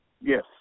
Yes